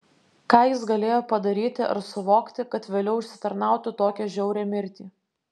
ką jis galėjo padaryti ar suvokti kad vėliau užsitarnautų tokią žiaurią mirtį